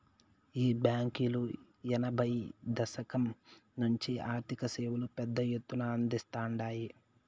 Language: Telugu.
ఈ బాంకీలు ఎనభైయ్యో దశకం నుంచే ఆర్థిక సేవలు పెద్ద ఎత్తున అందిస్తాండాయి